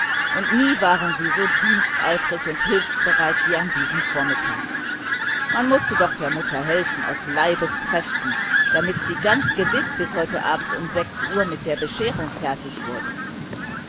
und nie waren sie so dienstfertig und hilfsbereit wie an diesem vormittag man mußte doch der mutter helfen aus leibeskräften damit sie ganz gewiß bis abends um uhr mit der bescherung fertig wurde